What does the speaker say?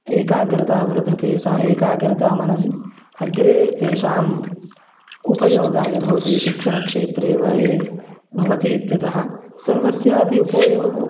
एकाग्रता वर्धते सा एकाग्रता मनसि अग्रे तेषाम् उपयोगाय भवति शिक्षणक्षेत्रे वा ये भवतीत्यतः सर्वस्यापि उपोयोगः